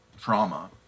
trauma